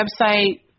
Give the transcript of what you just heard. website